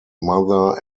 mother